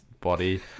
body